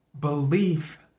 belief